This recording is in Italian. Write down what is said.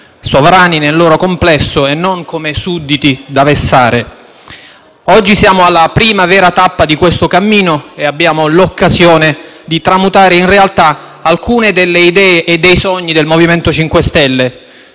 sovrani nel loro complesso e non come sudditi da vessare. Oggi siamo alla prima vera tappa di questo cammino e abbiamo l'occasione di tramutare in realtà alcune delle idee e dei sogni del MoVimento 5 Stelle: